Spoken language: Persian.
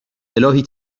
الهی